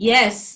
Yes